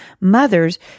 mothers